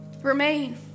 remain